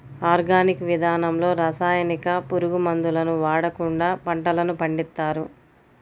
organic విధానంలో రసాయనిక, పురుగు మందులను వాడకుండా పంటలను పండిస్తారు